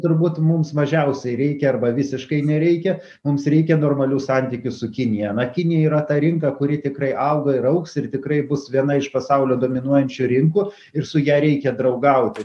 turbūt mums mažiausiai reikia arba visiškai nereikia mums reikia normalių santykių su kinija na kinija yra ta rinka kuri tikrai auga ir augs ir tikrai bus viena iš pasaulio dominuojančių rinkų ir su ja reikia draugauti